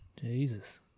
Jesus